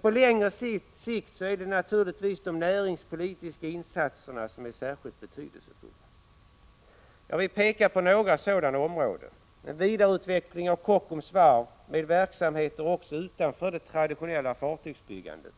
På längre sikt är det naturligtvis de näringspolitiska insatserna som är särskilt betydelsefulla. Jag vill peka på några sådana områden: en vidareutveckling av Kockums varv med verksamheter också utanför det traditionella fartygsbyggandet,